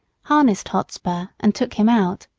harnessed hotspur, and took him out.